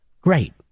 Great